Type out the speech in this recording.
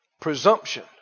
Presumption